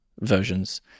versions